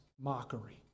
mockery